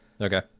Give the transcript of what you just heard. Okay